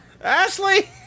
Ashley